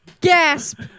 Gasp